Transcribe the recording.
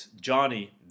Johnny